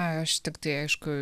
aš tiktai aišku